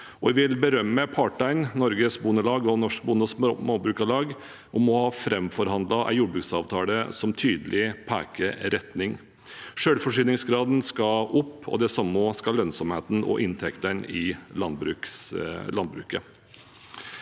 Jeg vil berømme partene, Norges Bondelag og Norsk Bonde- og Småbrukarlag, for å ha framforhandlet en jordbruksavtale som tydelig peker ut en retning. Selvforsyningsgraden skal opp, og det samme skal lønnsomheten og inntektene i landbruket.